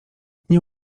nie